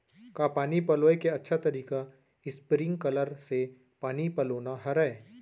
का पानी पलोय के अच्छा तरीका स्प्रिंगकलर से पानी पलोना हरय?